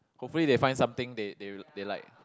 hopefully they find something they they they like